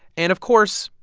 and, of course,